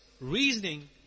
reasoning